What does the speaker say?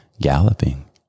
galloping